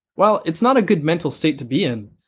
while it's not a good mental state to be in,